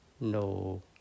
no